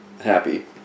happy